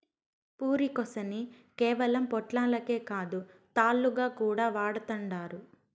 పురికొసని కేవలం పొట్లాలకే కాదు, తాళ్లుగా కూడా వాడతండారు